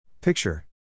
Picture